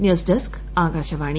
news desk Akashvani